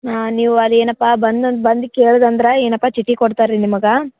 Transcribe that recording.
ಹಾಂ ನೀವು ಅಲ್ಲ ಏನಪ್ಪಾ ಬಂದು ಒಂದು ಬಂದು ಕೇಳುದಂದ್ರ ಏನಪ್ಪ ಚೀಟಿ ಕೊಡ್ತಾರೆ ರೀ ನಿಮ್ಗ